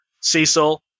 Cecil